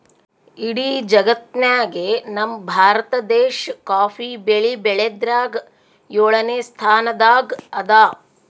ಇಡೀ ಜಗತ್ತ್ನಾಗೆ ನಮ್ ಭಾರತ ದೇಶ್ ಕಾಫಿ ಬೆಳಿ ಬೆಳ್ಯಾದ್ರಾಗ್ ಯೋಳನೆ ಸ್ತಾನದಾಗ್ ಅದಾ